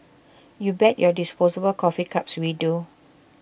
you bet your disposable coffee cups we do